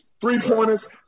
three-pointers